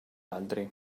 altri